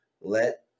let